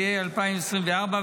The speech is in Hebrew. התשפ"ה 2024,